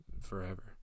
forever